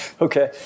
Okay